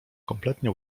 kompletnie